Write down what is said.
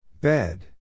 Bed